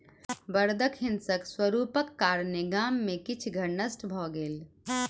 बड़दक हिंसक स्वरूपक कारणेँ गाम में किछ घर नष्ट भ गेल